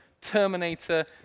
Terminator